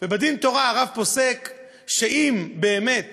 ובדין תורה הרב פוסק שאם באמת